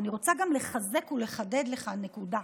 ואני רוצה גם לחזק ולחדד לך נקודה"